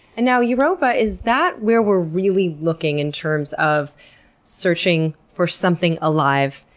and now, europa, is that where we're really looking in terms of searching for something alive?